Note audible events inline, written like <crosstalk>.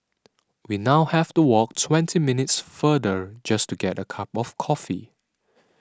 <noise> we now have to walk twenty minutes farther just to get a cup of coffee